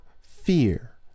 fear